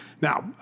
Now